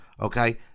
Okay